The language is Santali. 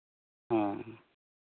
ᱚ